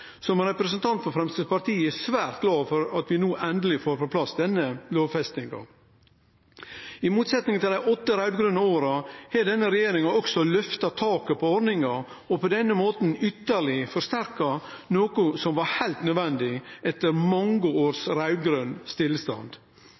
Som representant for Framstegspartiet er eg svært glad for at vi no endeleg får på plass denne lovfestinga. I motsetning til i dei åtte raud-grøne åra har denne regjeringa også løfta taket på ordninga og har på den måten ytterlegare forsterka ho, noko som var heilt nødvendig etter